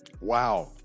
Wow